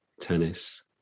tennis